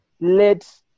let